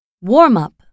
Warm-up